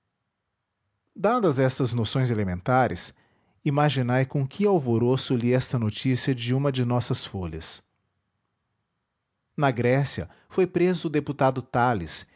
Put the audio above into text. ele dadas estas noções elementares imaginai com que alvoroço li esta notícia de uma de nossas folhas na grécia foi preso o deputado talis